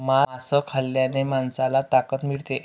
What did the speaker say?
मांस खाल्ल्याने माणसाला ताकद मिळते